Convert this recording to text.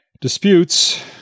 disputes